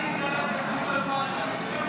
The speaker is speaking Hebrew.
אני קובע כי הצעת חוק החלת תקצוב מגדרי על תקציבים